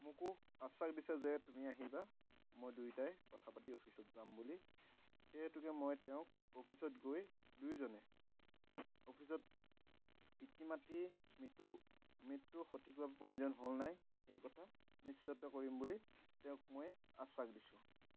মোকো আশ্বাস দিছে যে তুমি আহিবা মই দুয়োটাই কথা পাতি অফিচত যাম বুলি সেই হেতুকে মই তেওঁক অফিচত গৈ দুয়োজনে অফিচত পিতৃ মাতৃৰ মৃত্যু মৃত্যুৰ সঠিকভাৱে পঞ্জীয়ন হ'ল নাই সেই কথা নিশ্চিত কৰিম বুলি তেওঁক মই আশ্বাস দিছোঁ